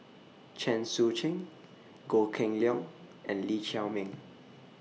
Chen Sucheng Goh Kheng Long and Lee Chiaw Meng